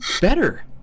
better